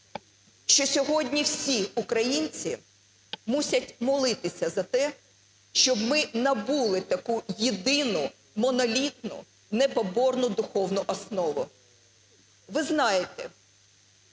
що сьогодні всі українці мусять молитися за те, щоб ми набули таку єдину монолітну непоборну духовну основу. Ви знаєте,